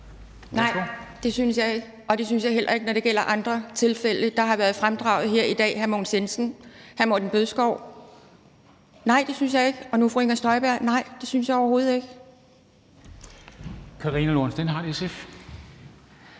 Nej, det synes jeg ikke, og det synes jeg heller ikke, når det gælder andre tilfælde, der har været fremdraget her i dag: hr. Mogens Jensen, hr. Morten Bødskov og nu fru Inger Støjberg. Nej, det synes jeg overhovedet ikke. Kl. 16:38 Formanden (Henrik